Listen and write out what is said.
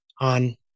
on